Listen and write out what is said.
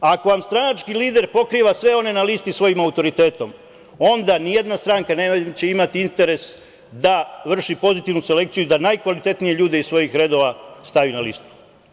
Ako vam stranački lider pokriva sve one na listi svojim autoritetom, onda ni jedna stranka neće imati interes da vrši pozitivnu selekciju i da najkvalitetnije ljude iz svojih redova stavi na listu.